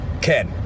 Ken